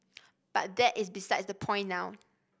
but that is besides the point now